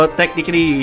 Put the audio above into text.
technically